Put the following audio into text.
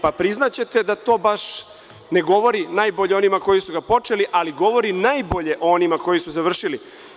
Priznaćete da to baš ne govori najbolje o onima koji su ga počeli, ali govori najbolje o onima koji su završili.